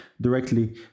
directly